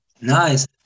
Nice